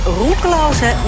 roekeloze